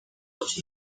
los